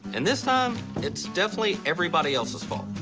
and this time, it's definitely everybody else.